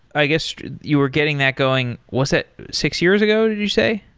i guess you were getting that going, was that six years ago, did you say?